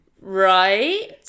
Right